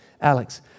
Alex